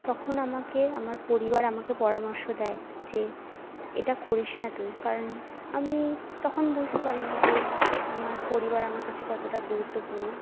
তখন আমাকে আমার পরিবার আমাকে পরামর্শ দেয় যে এটা করিস না তুই কারণ আমি তখন বুঝতে পারি নি যে আমার পরিবার আমার কাছে কতটা গুরুত্বপূর্ণ